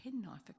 penknife